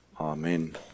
Amen